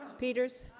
peters